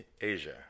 Asia